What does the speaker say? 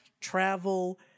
travel